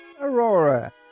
Aurora